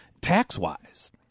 tax-wise